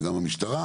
גם המשטרה